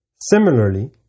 Similarly